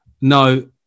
no